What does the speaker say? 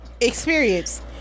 experience